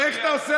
תודה לך, תודה לך.